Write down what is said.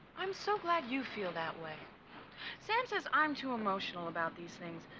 i'm so glad you feel that way sam says i'm too emotional about these things